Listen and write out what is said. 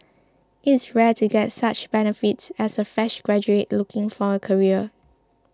it is rare to get such benefits as a fresh graduate looking for a career